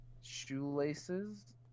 Shoelaces